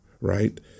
right